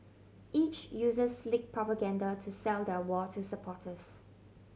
each uses slick propaganda to sell their war to supporters